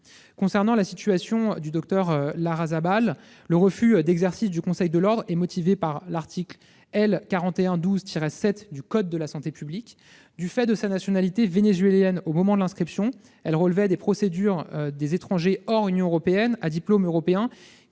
Concernant la situation du docteur Larrazabal, le refus d'exercice du conseil de l'ordre est motivé par l'article L. 4112-7 du code de la santé publique. Du fait de sa nationalité vénézuélienne au moment de l'inscription, elle relevait des procédures des étrangers hors Union européenne à diplôme européen,